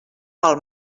pel